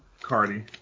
Cardi